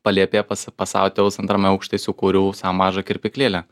palėpėje pas pas savo tėvus antrame aukšte įsikūriau savo mažą kirpyklėlę